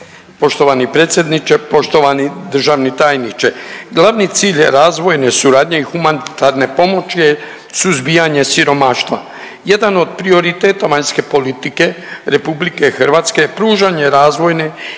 Poštovani predsjedniče, poštovani državni tajniče. Glavni cilj razvojne suradnje i humanitarne pomoći je suzbijanje siromaštva. Jedan od prioriteta vanjske politike Republike Hrvatske je pružanje razvojne